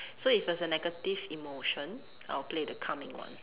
so if it's a negative emotion I'll play the calming one